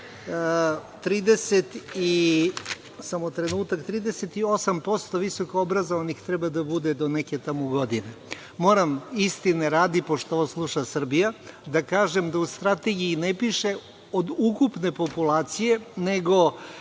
38% visokoobrazovanih treba da bude do neke tamo godine. Moram istine radi, pošto ovo sluša Srbija, da kažem da u Strategiji ne piše od ukupne populacije, nego